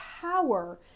power